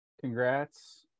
Congrats